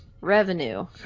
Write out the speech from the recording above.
revenue